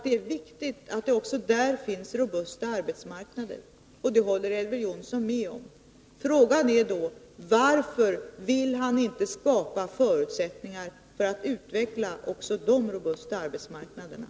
Det är viktigt att det också där finns robusta arbetsmarknader, och det håller Elver Jonsson med om. Frågan är då: Varför vill Elver Jonsson inte skapa förutsättningar för att utveckla också de robusta arbetsmarknaderna?